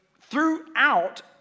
throughout